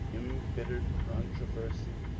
embittered controversy,